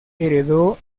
heredó